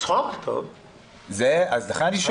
לכן אני שואל אותך.